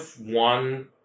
one